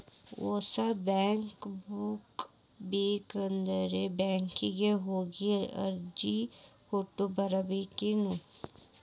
ಹೊಸ cheque book ಬೇಕಂದ್ರ ಬ್ಯಾಂಕಿಗೆ ಹೋಗಿ ಅರ್ಜಿ ಕೊಟ್ಟ ಬರ್ಬೇಕೇನ್